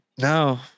No